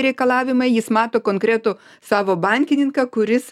reikalavimai jis mato konkretų savo bankininką kuris